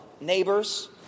neighbors